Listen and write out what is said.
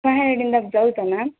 five ಹಂಡ್ರೆಡಿಂದ blouse ma'am